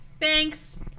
Thanks